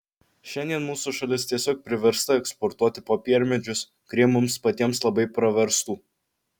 šiandien mūsų šalis tiesiog priversta eksportuoti popiermedžius kurie mums patiems labai praverstų